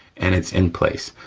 and it's in place.